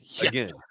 Again